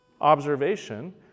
observation